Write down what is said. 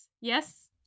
yes